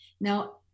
Now